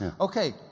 Okay